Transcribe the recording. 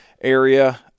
area